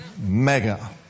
mega